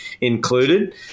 included